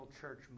church